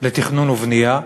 לתכנון ובנייה,